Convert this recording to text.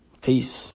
Peace